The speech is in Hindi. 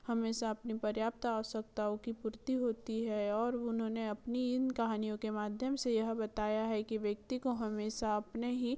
हमेशा अपनी पर्याप्त आवश्यकताओं की पूर्ति होती है और उन्होंने अपनी इन कहानियों के माध्यम से यह बताया है कि व्यक्ति को हमेशा अपने ही